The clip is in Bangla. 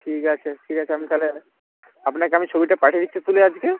ঠিগ আছে ঠিক আছে আমি তাহলে আপনাকে আমি ছবিটা পাঠিয়ে দিচ্ছি তুলে আজকে